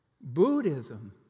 Buddhism